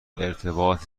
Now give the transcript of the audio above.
ارتباط